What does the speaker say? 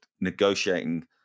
negotiating